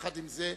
עם זה,